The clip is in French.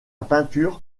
peinture